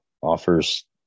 offers